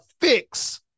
fix